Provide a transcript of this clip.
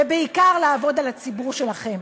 ובעיקר לעבוד על הציבור שלכם.